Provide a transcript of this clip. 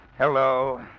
Hello